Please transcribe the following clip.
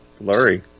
blurry